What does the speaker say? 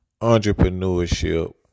entrepreneurship